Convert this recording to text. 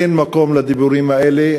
אין מקום לדיבורים האלה.